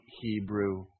Hebrew